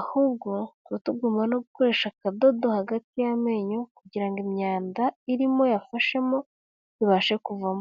ahubwo tuba tugomba no gukoresha akadodo hagati y'amenyo kugira ngo imyanda irimo yafashemo ibashe kuvamo.